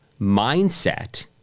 mindset